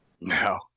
no